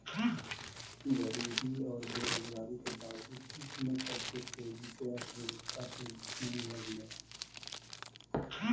गरीबी औरो बेरोजगारी के बावजूद विश्व में सबसे तेजी से अर्थव्यवस्था के रूप में उभरलय